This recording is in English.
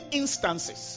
instances